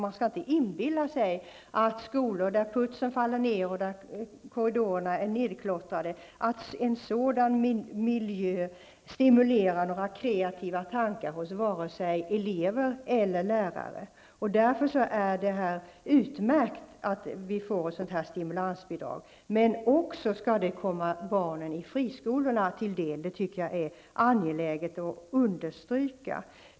Man skall inte inbilla sig att miljön i skolor där putsen faller ned och där korridorerna är nerklottrade stimulerar till kreativa tankar hos vare sig elever eller lärare. Därför är det utmärkt att vi får ett sådant här stimulansbidrag. Men det skall komma även barnen i friskolorna till del. Det tycker jag är angeläget att understryka.